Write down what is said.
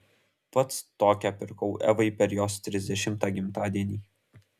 pats tokią pirkau evai per jos trisdešimtą gimtadienį